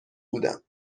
بودم